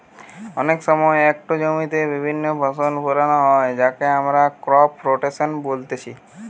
অনেক সময় একটো জমিতে বিভিন্ন ফসল ফোলানো হয় যাকে আমরা ক্রপ রোটেশন বলতিছে